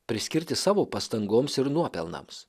priskirti savo pastangoms ir nuopelnams